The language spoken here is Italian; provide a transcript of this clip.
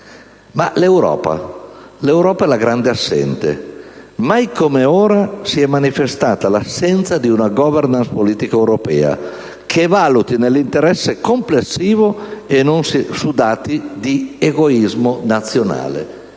L'Europa è la grande assente. Mai come ora si è manifestata l'assenza di una *governance* politica europea che valuti nell'interesse complessivo e non su dati di egoismo nazionale,